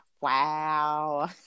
Wow